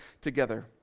together